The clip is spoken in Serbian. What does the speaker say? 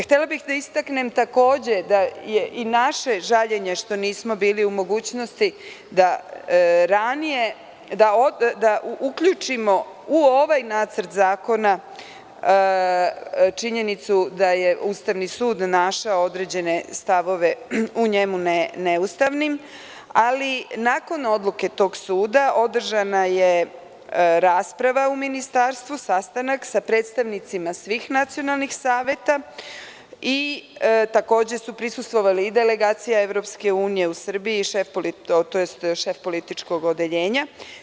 Htela bih da istaknem da je i naše žaljenje što nismo bili u mogućnosti da uključimo u ovaj nacrt zakona činjenicu da je Ustavni sud našao određene stavove u njemu neustavne, ali nakon odluke tog suda održana je rasprava u Ministarstvu, sastanak sa predstavnicima svih nacionalnih saveta i prisustvovali iz delegacije EU, šef Političkog odeljenja.